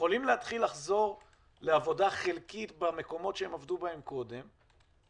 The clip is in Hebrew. יכולים להתחיל לחזור לעבודה חלקית במקומות שהם עבדו בהם קודם,